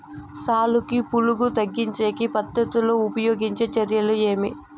సాలుకి పులుగు తగ్గించేకి పత్తి లో ఉపయోగించే చర్యలు ఏమి?